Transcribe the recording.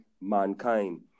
Mankind